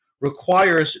requires